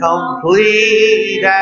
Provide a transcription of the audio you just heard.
Complete